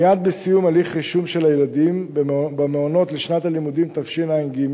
מייד בסיום הליך הרישום של הילדים במעונות לשנת הלימודים תשע"ג,